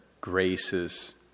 graces